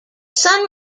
sun